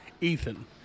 Ethan